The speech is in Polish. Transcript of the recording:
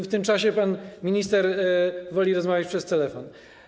W tym czasie pan minister woli rozmawiać przez telefon.